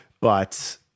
but-